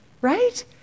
right